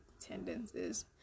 tendencies